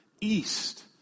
east